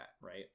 right